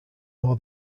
more